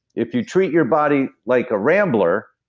if you treat your body like a rambler,